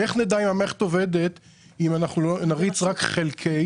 איך נדע אם המערכת עובדת אם אנחנו נריץ רק חלקי?